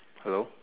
hello